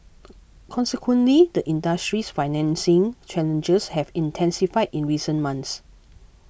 consequently the industry's financing challenges have intensified in recent months